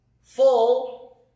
full